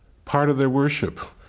part of their worship.